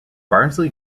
barnsley